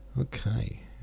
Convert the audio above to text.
Okay